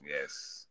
Yes